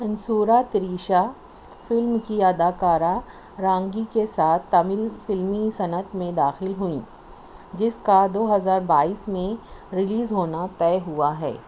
انسورا Trisha film کی اداکارہ رانگی کے ساتھ تمل فلمی صنعت میں داخل ہوئیں جس کا دو ہزار بائیس میں ریلیز ہونا طے ہوا ہے